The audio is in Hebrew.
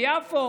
ביפו.